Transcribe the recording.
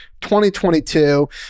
2022